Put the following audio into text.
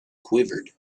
quivered